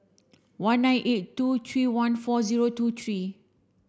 one nine eight two three one four zero two three